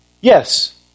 Yes